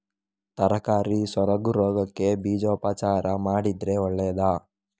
ತರಕಾರಿ ಸೊರಗು ರೋಗಕ್ಕೆ ಬೀಜೋಪಚಾರ ಮಾಡಿದ್ರೆ ಒಳ್ಳೆದಾ?